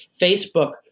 Facebook